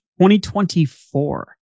2024